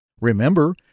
Remember